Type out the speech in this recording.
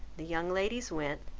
the young ladies went,